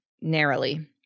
narrowly